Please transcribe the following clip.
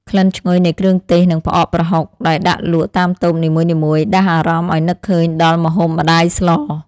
ក្លិនឈ្ងុយនៃគ្រឿងទេសនិងផ្អកប្រហុកដែលដាក់លក់តាមតូបនីមួយៗដាស់អារម្មណ៍ឱ្យនឹកឃើញដល់ម្ហូបម្ដាយស្ល។